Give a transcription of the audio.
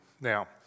Now